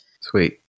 Sweet